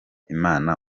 imana